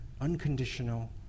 unconditional